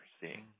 seeing